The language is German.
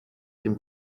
dem